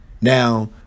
Now